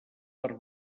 per